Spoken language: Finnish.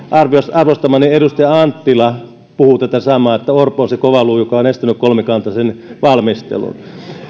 arvostamani edustaja anttila puhuu tätä samaa että orpo on se kova luu joka on estänyt kolmikantaisen valmistelun